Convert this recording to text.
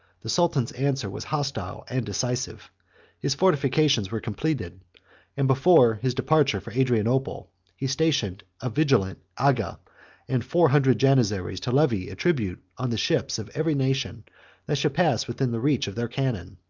the sultan's answer was hostile and decisive his fortifications were completed and before his departure for adrianople, he stationed a vigilant aga and four hundred janizaries, to levy a tribute on the ships of every nation that should pass within the reach of their cannon.